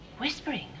Whispering